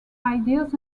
ideas